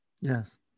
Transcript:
Yes